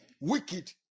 wicked